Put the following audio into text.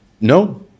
no